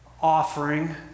offering